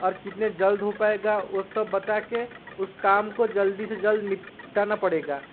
और कितने जल्द हो पाएगा वो सब बता कर उस काम को जल्दी से जल्द निपटाना पड़ेगा